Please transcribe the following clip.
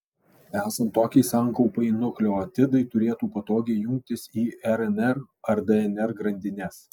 esant tokiai sankaupai nukleotidai turėtų patogiai jungtis į rnr ar dnr grandines